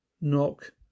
knock